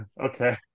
Okay